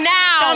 now